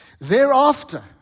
Thereafter